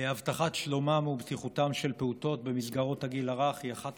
הבטחת שלומם ובטיחותם של פעוטות במסגרות הגיל הרך היא אחת